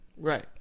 Right